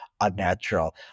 unnatural